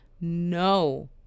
no